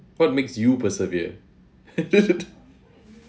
what makes you persevere